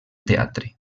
teatre